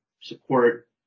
support